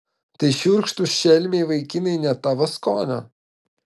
tai šiurkštūs šelmiai vaikinai ne tavo skonio